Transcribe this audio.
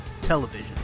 television